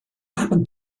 happen